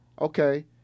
Okay